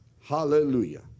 Hallelujah